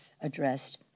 addressed